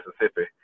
Mississippi